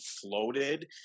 floated